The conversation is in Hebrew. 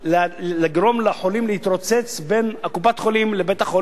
לגרום לחולים להתרוצץ בין קופת-החולים לבית-החולים,